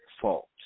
fault